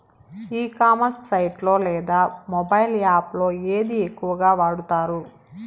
ఈ commerce site లో లేదా మొబైల్ యాప్ లో ఏది ఎక్కువగా వాడుతారు?